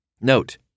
Note